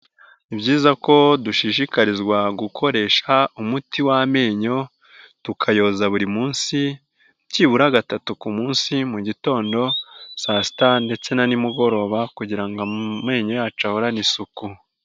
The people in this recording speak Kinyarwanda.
Ni byizayiza ko dushishikarizwa gukoresha umuti w'amenyo, tukayoza buri munsi byibura gatatu ku munsi, mugitondo saa sita ndetse na nimugoroba, kugira ngo amenyo yacu ahorane isuku.